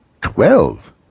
Twelve